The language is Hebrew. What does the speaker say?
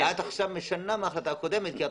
את עכשיו משנה מההחלטה הקודמת.